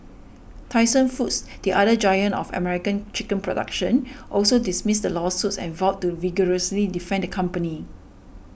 Tyson Foods the other giant of American chicken production also dismissed the lawsuits and vowed to vigorously defend the company